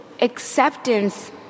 acceptance